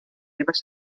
seves